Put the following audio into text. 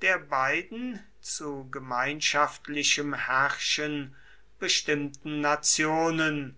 der beiden zu gemeinschaftlichem herrschen bestimmten nationen